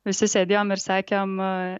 visi sėdėjom ir sekėm